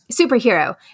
superhero